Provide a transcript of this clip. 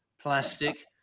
plastic